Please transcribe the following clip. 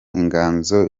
inganzo